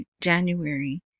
january